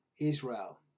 Israel